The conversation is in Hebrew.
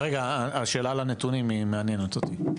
שנייה.